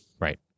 Right